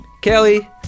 Kelly